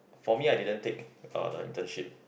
for me I didn't take uh the internship